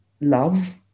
love